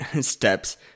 steps